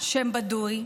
שם בדוי,